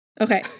Okay